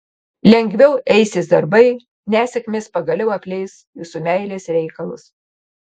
lengviau eisis darbai nesėkmės pagaliau apleis jūsų meilės reikalus